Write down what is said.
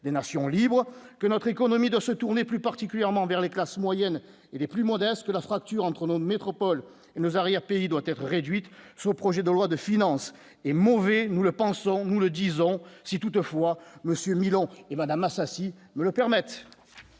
des nations libres que notre économie dans se tourner plus particulièrement vers les classes moyennes et les plus modestes que la fracture entre nos métropole et nos arrière-pays doit être réduite sur le projet de loi de finances et mauvais, nous le pensons, nous le disons, si toutefois monsieur Milan et Madame Assassi le permettent.